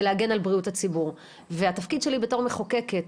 להגן על בריאות הציבור והתפקיד שלי בתור מחוקקת,